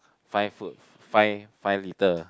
fine food fine fine litter